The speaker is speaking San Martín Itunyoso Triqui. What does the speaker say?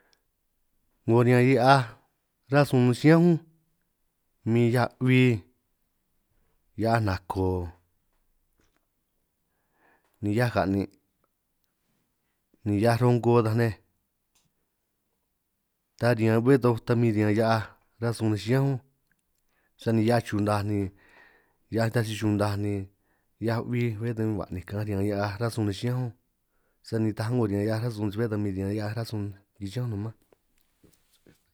'Ngo riñan hia'aj ránj sun nej chiñánj únj bin hia'aj bbí, hia'aj nako ni hia'aj ka'nin' ni hia'aj rongo taj ne', ta riñan bé toj ta min riñan hia'aj ránj sun nej chiñánj únj, sani hia'aj chunaj ni hia'aj nitaj si chunaj ni hia'aj bbí bé tan min bbij ba'ninj ka'anj, riñan hia'aj ránj sun nej chiñánj únj sani nitaj a'ngo riñan hia'aj ránj sun si bé ta min riñan hia'aj ránj sun chiñán únj namaj.